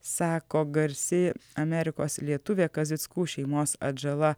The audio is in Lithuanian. sako garsi amerikos lietuvė kazickų šeimos atžala